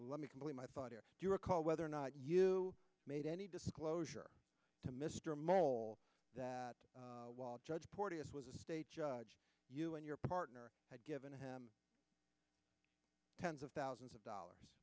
let me complete my thought or do you recall whether or not you made any disclosure to mr mole that while judge porteous was a state judge you and your partner had given him tens of thousands of dollars